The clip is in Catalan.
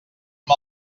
amb